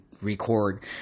record